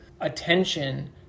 attention